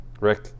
Rick